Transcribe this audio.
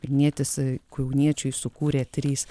vilnietis kauniečiui sukūrė trys